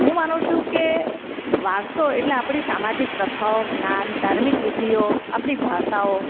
હું માનું છું કે વારસો એટલે આપણી સામાજિક પ્રથાઓ જ્ઞાન ધાર્મિક વિધિઓ આપણી ભાષાઓ